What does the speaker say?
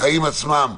החיים עצמם,